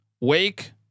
Wake